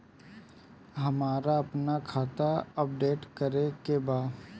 हमरा आपन खाता अपडेट करे के बा